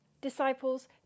disciples